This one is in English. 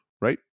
right